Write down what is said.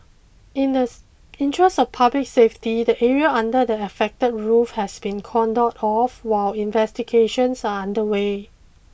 in the interest of public safety the area under the affected roof has been cordoned off while investigations are underway